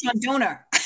Donor